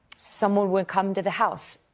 someone would come to the house.